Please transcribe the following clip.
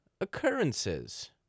occurrences